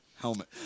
Helmet